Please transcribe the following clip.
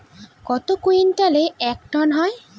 কত কুইন্টালে এক টন হয়?